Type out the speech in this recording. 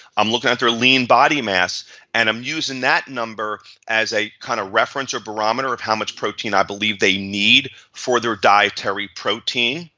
i'm looking at their lean body mass and i'm using that number as a kind of reference or barometer of how much protein i believe they need for their dietary protein,